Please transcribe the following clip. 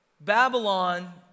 Babylon